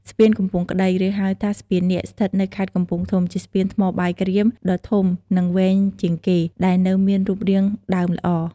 ស្ពានកំពង់ក្ដី ឬហៅថា ស្ពាននាគ ស្ថិតនៅខេត្តកំពង់ធំ ជាស្ពានថ្មបាយក្រៀមដ៏ធំ និងវែងជាងគេ ដែលនៅមានរូបរាងដើមល្អ។